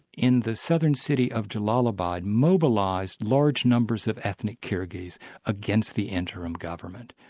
in the southern city of jelalabad, mobilised large numbers of ethnic kyrgyz against the interim government.